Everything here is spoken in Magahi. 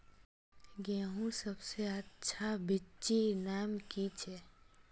गेहूँर सबसे अच्छा बिच्चीर नाम की छे?